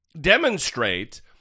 demonstrate